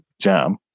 jam